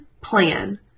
plan